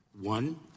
one